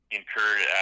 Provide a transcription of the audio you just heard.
incurred